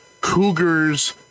cougars